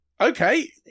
okay